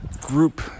group